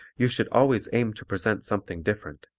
you should always aim to present something different,